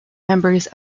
members